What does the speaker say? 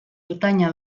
ertaina